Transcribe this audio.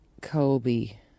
Colby